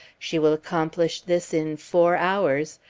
she will accomplish this in four hours,